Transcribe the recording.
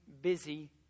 busy